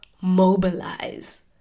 mobilize